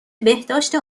بهداشت